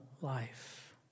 life